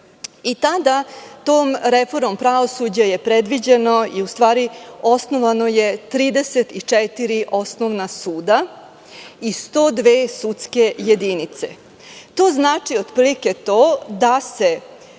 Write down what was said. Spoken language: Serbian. I tada je tom reformom pravosuđa predviđeno i u stvari osnovano 34 osnovna suda i 102 sudske jedinice. To znači otprilike to da se